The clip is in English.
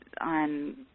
on